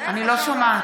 אני לא שומעת.